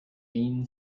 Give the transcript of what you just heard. green